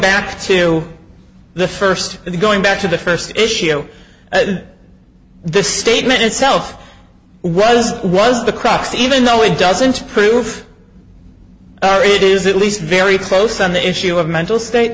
back to the first going back to the first issue the statement itself was was the crux even though it doesn't prove it is at least very close on the issue of mental state